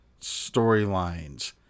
storylines